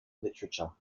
literature